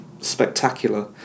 spectacular